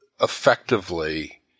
effectively